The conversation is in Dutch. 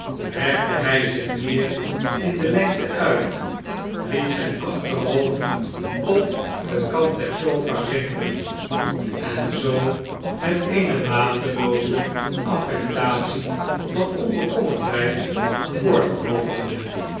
rekte hij zich meer in de lengte uit liet zijn achterhoofd op den kant der sofa zinken en zoo met eene mateloozeaffectatie van onbekommerdheid